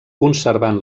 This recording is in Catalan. conservant